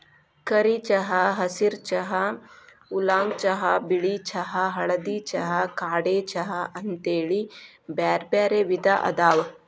ಕರಿ ಚಹಾ, ಹಸಿರ ಚಹಾ, ಊಲಾಂಗ್ ಚಹಾ, ಬಿಳಿ ಚಹಾ, ಹಳದಿ ಚಹಾ, ಕಾಡೆ ಚಹಾ ಅಂತೇಳಿ ಬ್ಯಾರ್ಬ್ಯಾರೇ ವಿಧ ಅದಾವ